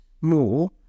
more